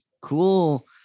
cool